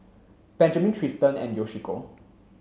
Benjamin Tristan and Yoshiko